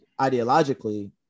ideologically